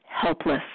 helpless